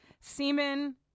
semen